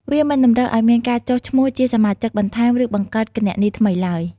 វាមិនតម្រូវឱ្យមានការចុះឈ្មោះជាសមាជិកបន្ថែម ឬបង្កើតគណនីថ្មីឡើយ។